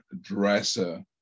dresser